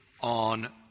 on